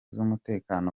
z’umutekano